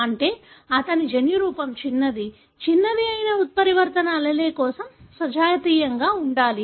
అంటే అతని జన్యురూపం చిన్నది చిన్నది అయిన ఉత్పరివర్తన allele కోసం సజాతీయంగా ఉండాలి